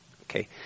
okay